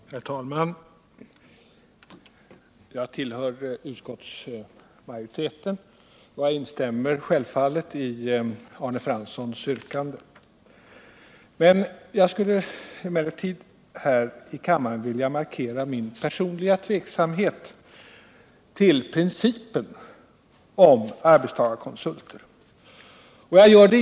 Herr talman! Jag tillhör utskottsmajoriteten och instämmer självfallet i Arne Franssons yrkande. Jag skulle emellertid här i kammaren vilja markera min personliga tveksamhet inför principen om arbetstagarkonsulter.